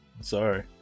Sorry